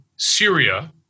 Syria